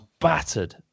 battered